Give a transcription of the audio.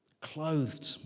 Clothed